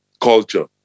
culture